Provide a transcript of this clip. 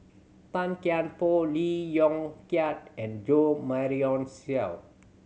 Tan Kian Por Lee Yong Kiat and Jo Marion Seow